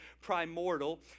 Primordial